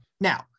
Now